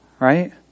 right